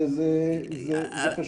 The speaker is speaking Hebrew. זה משהו מסוכן.